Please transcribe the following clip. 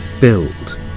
build